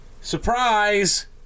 ...surprise